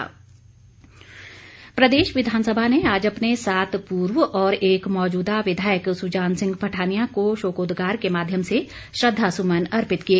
शोकोदगार प्रदेश विधानसभा ने आज अपने सात पूर्व और एक मौजूदा विधायक सुजान सिंह पठानिया को शोकोदगार के माध्यम से श्रद्वासुमन अर्पित किए